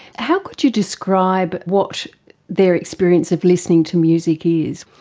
how could you describe what their experience of listening to music is?